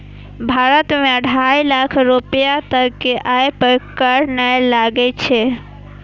भारत मे ढाइ लाख रुपैया तक के आय पर कर नै लागै छै